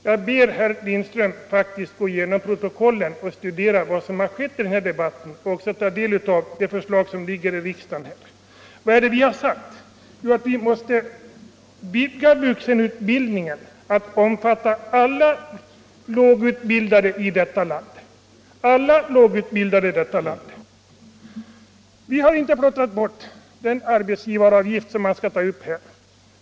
Jag ber faktiskt herr Lindström gå igenom protokollet, studera vad som har sagts i den här debatten och ta del av de förslag som ligger på riksdagens bord. Vad är det vi har sagt? Jo, att vuxenutbildningen måste vidgas till att omfatta alla lågutbildade i detta land! Vi har inte plottrat bort den arbetsgivaravgift som här skall tas upp.